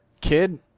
kid